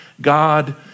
God